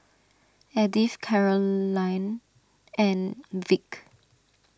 Edith Carolann and Vic